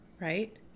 right